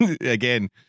again